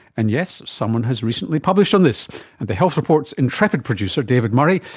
and yes, someone has recently published on this, and the health report's intrepid producer, david murray,